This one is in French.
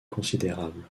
considérable